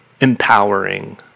empowering